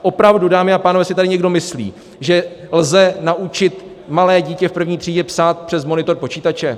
Opravdu, dámy a pánové, si tady někdo myslí, že lze naučit malé dítě v první třídě psát přes monitor počítače?